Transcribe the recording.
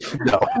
no